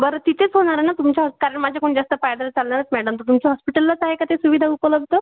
बरं तिथेतेच होणार आहे ना तुमच्या हस कारण माज्याकडून जास्त पायदल चाललंस मॅडम तर तुमच्या हॉस्पिटललाच आहे का ते सुविधा उपलब्ध